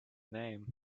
name